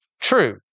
true